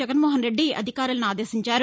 జగన్మోహన్రెడ్డి అధికారులను ఆదేశించారు